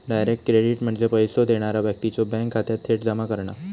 direct credit म्हणजे पैसो देणारा व्यक्तीच्यो बँक खात्यात थेट जमा करणा